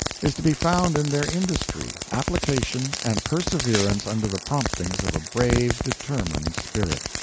is to be found in their industry, application, and perseverance under the promptings of a brave, determined spirit.